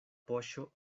poŝo